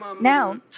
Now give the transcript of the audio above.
Now